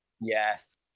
Yes